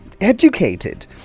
educated